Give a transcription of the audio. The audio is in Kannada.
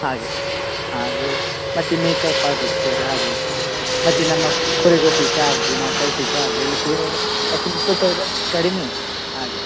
ಹಾಗೆ ಹಾಗೆ ಮತ್ತು ಮೇಕಪ್ ಆಗ್ಬೇಕು ಸರ್ ಹಾಗೆ ಮತ್ತು ನಮ್ಮ ಕೊರಿಯೊಗ್ರಫಿ ಚಾರ್ಜ್ ನಾವು ಕಳಿಸಿದ ಚಾರ್ಜ್ ಎಲ್ಲ ಸೇರುವಾಗ ಆ್ಯಕ್ಚುವಲಿ ಇಪ್ಪತ್ತು ಸಾವಿರ ಕಡಿಮೆಯೆ ಹಾಗೆ